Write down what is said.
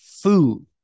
Food